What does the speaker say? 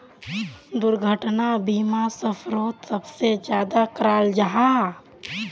दुर्घटना बीमा सफ़रोत सबसे ज्यादा कराल जाहा